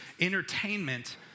entertainment